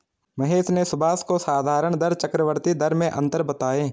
महेश ने सुभाष को साधारण दर चक्रवर्ती दर में अंतर बताएं